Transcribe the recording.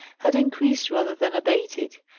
had increased rather than abated.